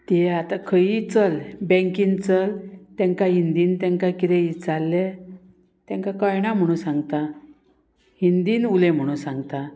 ती आतां खंयी चल बँकीन चल तेंकां हिंदीन तेंकां कितें इचारले तेंका कयणा म्हणून सांगता हिंदीन उलय म्हणू सांगता